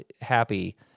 happy